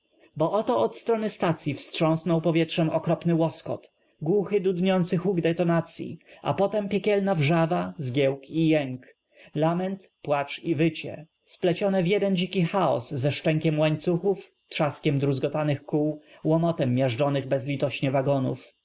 o to od strony stacyi w strząsnął po w ietrzem okropny łoskot głuchy dudniący huk detonacyi a potem piekielna w rzaw a zgiełk i jęki lam ent płacz i wycie splecione w jeden dziki chaos ze szczę kiem łańcuchów trzaskiem druzgotanych kół łom otem zmiażdżonych bezlitośnie w